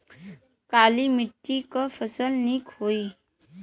काली मिट्टी क फसल नीक होई?